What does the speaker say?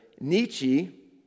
Nietzsche